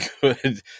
good